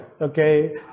Okay